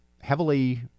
heavily